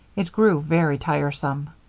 it grew very tiresome.